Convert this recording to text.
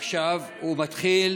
עכשיו הוא מתחיל,